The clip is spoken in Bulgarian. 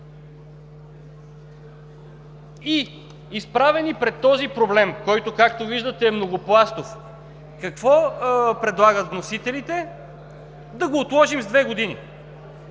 И изправени пред този проблем, който, както виждате, е многопластов, какво предлагат вносителите – да го отложим с две години?!